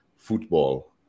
football